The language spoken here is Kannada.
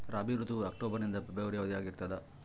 ರಾಬಿ ಋತುವು ಅಕ್ಟೋಬರ್ ನಿಂದ ಫೆಬ್ರವರಿ ಅವಧಿಯಾಗ ಇರ್ತದ